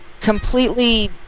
completely